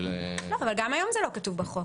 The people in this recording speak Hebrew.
גם היום זה לא כתוב בחוק.